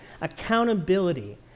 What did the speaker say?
Accountability